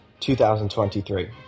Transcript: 2023